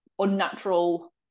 unnatural